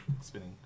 spinning